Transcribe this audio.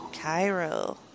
Cairo